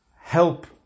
help